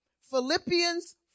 Philippians